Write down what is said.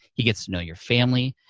he gets to know your family,